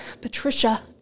Patricia